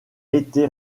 été